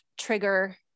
trigger